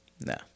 no